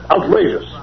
Outrageous